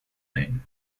lane